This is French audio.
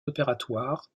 opératoires